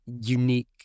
unique